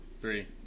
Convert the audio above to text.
three